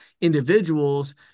individuals